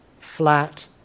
flat